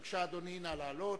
בבקשה, אדוני, נא לעלות.